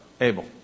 Abel